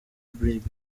brig